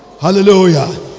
Hallelujah